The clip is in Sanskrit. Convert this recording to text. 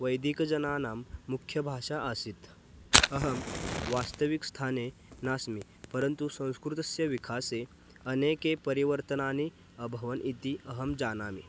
वैदिकजनानां मुख्यभाषा आसीत् अहं वास्तविकस्थाने नास्मि परन्तु संस्कृतस्य विकासे अनेके परिवर्तनानि अभवन् इति अहं जानामि